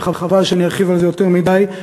וחבל שאני ארחיב על זה יותר מדי.